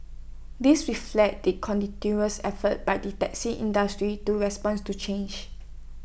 this reflects the continuous efforts by the taxi industry to respond to changes